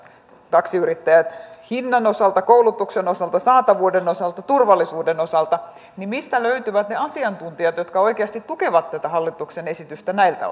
taksiyrittäjät ovat huolissaan hinnan osalta koulutuksen osalta saatavuuden osalta ja turvallisuuden osalta mistä löytyvät ne asiantuntijat jotka oikeasti tukevat hallituksen esitystä näiltä